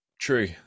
true